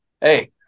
Hey